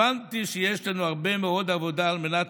הבנתי שיש לנו הרבה מאוד עבודה על מנת